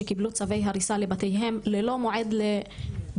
שקיבלו צווי הריסה לבתיהם ללא מועד לביצוע.